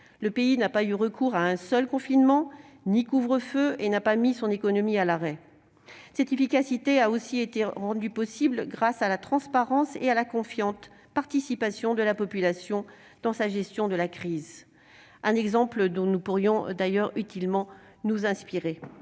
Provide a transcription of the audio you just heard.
Le pays n'a pas eu recours à un seul confinement ni couvre-feu et n'a pas mis son économie à l'arrêt. Cette efficacité a aussi été rendue possible grâce à la transparence et à la confiante participation de la population dans sa gestion de la crise. Un exemple dont nous pourrions d'ailleurs utilement nous inspirer